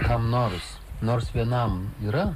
kam nors nors vienam yra